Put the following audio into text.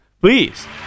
please